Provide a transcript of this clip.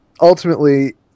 ultimately